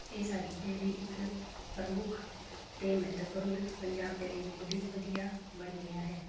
ਇਹ ਸਾਡੇ ਲਈ ਇੱਕ ਪ੍ਰਮੁੱਖ ਅਤੇ ਮਹੱਤਵਪੂਰਨ ਪੰਜਾਬ ਦੇ ਲਈ ਬਹੁਤ ਹੀ ਵਧੀਆ ਬਣ ਗਿਆ ਹੈ